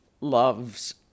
loves